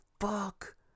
fuck